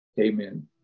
Amen